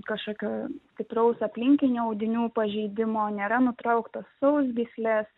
kažkokio stipraus aplinkinių audinių pažeidimo nėra nutrauktos sausgyslės